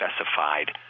specified